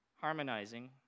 Harmonizing